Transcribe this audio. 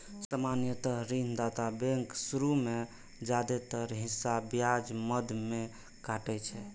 सामान्यतः ऋणदाता बैंक शुरू मे जादेतर हिस्सा ब्याज मद मे काटै छै